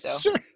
Sure